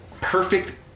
perfect